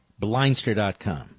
Blindster.com